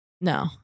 No